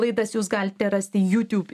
laidas jūs galite rasti jūtiub